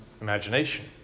imagination